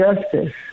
justice